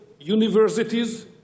universities